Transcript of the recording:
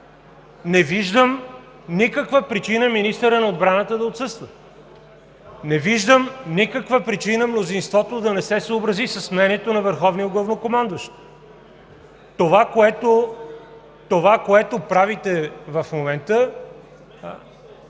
Не виждам никаква причина министърът на отбраната да отсъства. Не виждам никаква причина мнозинството да не се съобрази с мнението на върховния главнокомандващ.